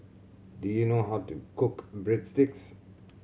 do you know how to cook Breadsticks